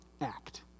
act